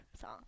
song